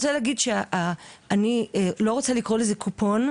אני לא רוצה לקרוא לזה קופון,